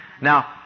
Now